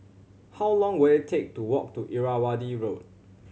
how long will it take to walk to Irrawaddy Road